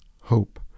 hope